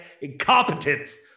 incompetence